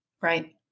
Right